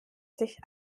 sich